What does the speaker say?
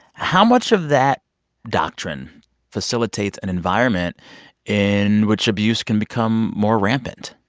how much of that doctrine facilitates an environment in which abuse can become more rampant?